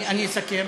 אני אסכם.